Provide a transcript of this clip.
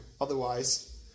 otherwise